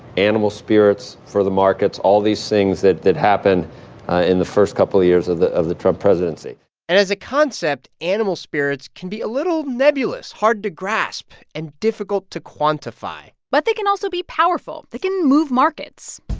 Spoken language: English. animal spirits for the markets, all these things that that happened in the first couple of years of years of the trump presidency and as a concept, animal spirits can be a little nebulous, hard to grasp and difficult to quantify but they can also be powerful. they can move markets